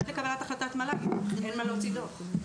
עד לקבלת החלטת מל"ג אין מה להוציא דוח,